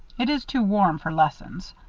it is too warm for lessons.